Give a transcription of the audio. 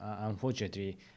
unfortunately